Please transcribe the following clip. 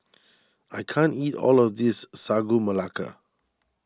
I can't eat all of this Sagu Melaka